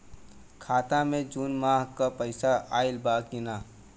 खाता मे जून माह क पैसा आईल बा की ना?